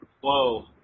Whoa